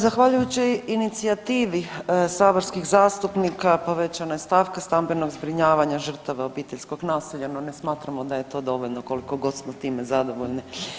Zahvaljujući inicijativi saborskih zastupnika, povećana je stavka stambenog zbrinjavanja žrtava obiteljskog nasilja no ne smatramo da je to dovoljno koliko god smo time zadovoljni.